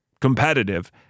competitive